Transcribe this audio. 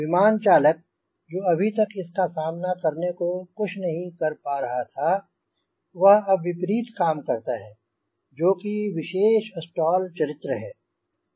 विमान चालक जो अभी तक इसका सामना करने को कुछ नहीं कर पा रहा था वह अब विपरीत काम करता है जो कि विशेष स्टॉल चरित्र है